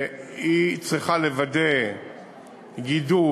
היא צריכה לוודא גידור,